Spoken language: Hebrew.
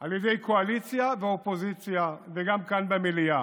על ידי קואליציה ואופוזיציה, וגם כאן במליאה.